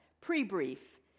pre-brief